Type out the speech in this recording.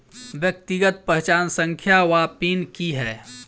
व्यक्तिगत पहचान संख्या वा पिन की है?